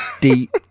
deep